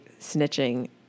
snitching